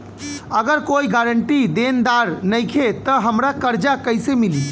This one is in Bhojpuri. अगर कोई गारंटी देनदार नईखे त हमरा कर्जा कैसे मिली?